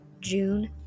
June